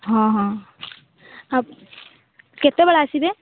ହଁ ହଁ ଆଉ କେତବେଳେ ଆସିବେ